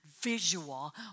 visual